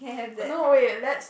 no wait let's